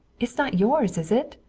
it's not yours, is it?